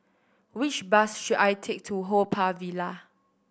which bus should I take to Haw Par Villa